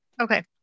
Okay